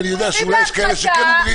ואני יודע שאולי יש כאלה שכן אומרים,